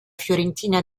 fiorentina